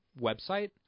website